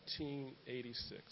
1986